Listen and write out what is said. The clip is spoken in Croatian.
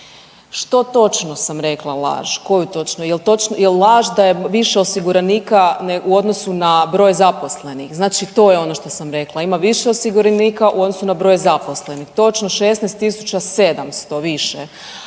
Što točno sam rekla laž, koju točno? Jel laž da je više osiguranika u odnosu na broj zaposlenih? Znači to je ono što sam rekla. Ima više osiguranika u odnosu na broj zaposlenih. Točno 16.700 više.